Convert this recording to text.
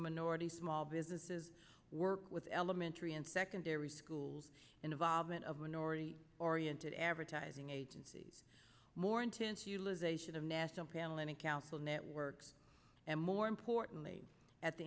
minority small businesses work with elementary and secondary schools involvement of minority oriented advertising agencies more intense you lose a should have national panel any council networks and more importantly at the